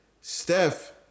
Steph